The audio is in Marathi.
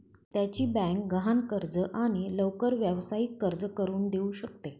त्याची बँक गहाण कर्ज आणि लवकर व्यावसायिक कर्ज करून देऊ शकते